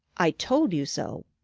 i told you so!